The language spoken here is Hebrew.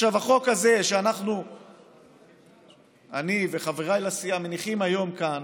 החוק הזה שאני וחבריי לסיעה מניחים היום כאן